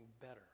better